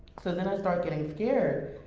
so then i start getting scared,